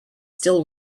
still